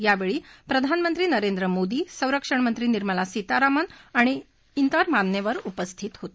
यावडी प्रधानमंत्री नरेंद्र मोदी संरक्षणमंत्री निर्मला सीतारामन आणि मान्यवर उपस्थित होते